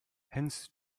hence